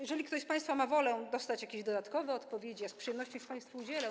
Jeżeli ktoś z państwa ma wolę uzyskać jakieś dodatkowe odpowiedzi, to z przyjemnością państwu ich udzielę.